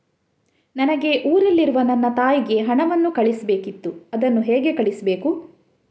ನನಗೆ ಊರಲ್ಲಿರುವ ನನ್ನ ತಾಯಿಗೆ ಹಣವನ್ನು ಕಳಿಸ್ಬೇಕಿತ್ತು, ಅದನ್ನು ಹೇಗೆ ಕಳಿಸ್ಬೇಕು?